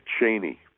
Cheney